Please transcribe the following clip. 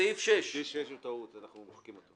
סעיף 6. סעיף 6 הוא טעות, אנחנו מוחקים אותו.